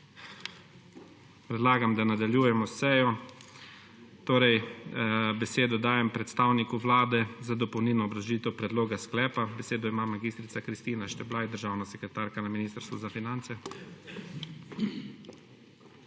Predlagam, da nadaljujemo sejo. Besedo dajem predstavniku Vlade za dopolnilno obrazložitev predloga sklepa. Besedo ima mag. Kristina Šteblaj, državna sekretarka na Ministrstvu za finance.